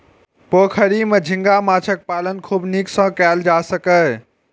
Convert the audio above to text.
पोखरि मे झींगा माछक पालन खूब नीक सं कैल जा सकैए